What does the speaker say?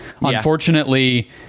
Unfortunately